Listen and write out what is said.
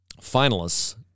finalists